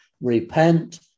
Repent